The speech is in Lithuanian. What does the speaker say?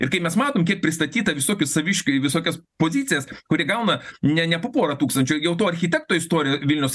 ir kai mes matom kiek pristatyta visokių saviškių į visokias pozicijas kurie gauna ne ne po porą tūkstančių jau to architekto istorija vilniaus